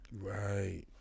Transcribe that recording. Right